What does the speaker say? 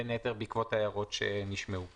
בין היתר בעקבות ההערות שנשמעו כאן.